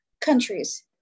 countries